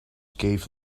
gave